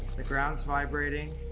the ground is vibrating.